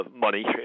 money